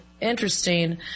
interesting